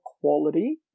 quality